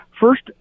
First